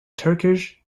turkish